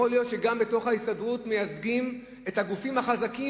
יכול להיות שגם בתוך ההסתדרות מייצגים את הגופים החזקים,